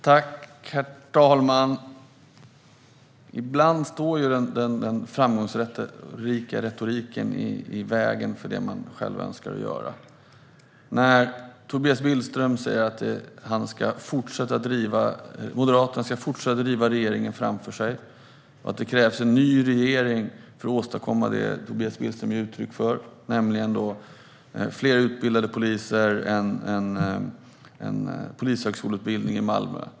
Herr talman! Ibland står den framgångsrika retoriken i vägen för det man själv önskar göra. Tobias Billström säger att Moderaterna ska fortsätta att driva regeringen framför sig och att det krävs en ny regering för att åstadkomma det Tobias Billström ger uttryck för, nämligen fler utbildade poliser och en polishögskoleutbildning i Malmö.